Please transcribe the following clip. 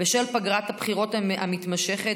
בשל פגרת הבחירות המתמשכת,